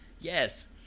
Yes